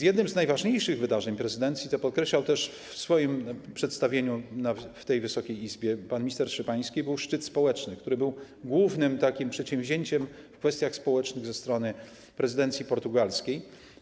Jednym z najważniejszych wydarzeń prezydencji, co podkreślał też w swoim przedstawieniu w Wysokiej Izbie pan minister Szymański, był szczyt społeczny, który był głównym przedsięwzięciem w kwestiach społecznych ze strony prezydencji portugalskiej.